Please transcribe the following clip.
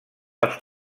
als